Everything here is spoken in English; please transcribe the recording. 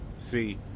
See